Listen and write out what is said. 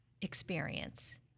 experience